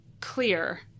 clear